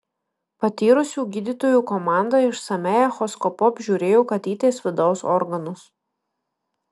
patyrusių gydytojų komanda išsamiai echoskopu apžiūrėjo katytės vidaus organus